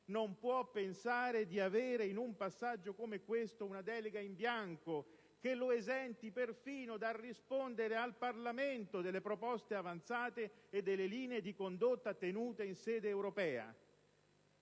non può pensare di avere - in un passaggio come questo - una delega in bianco che lo esenti perfino dal rispondere al Parlamento delle proposte avanzate e delle linee di condotta tenute in sede europea.